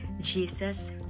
Jesus